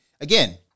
again